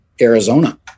Arizona